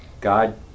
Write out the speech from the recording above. God